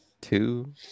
Two